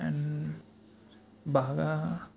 and బాగా